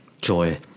joy